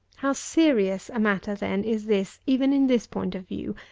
how serious a matter, then, is this, even in this point of view!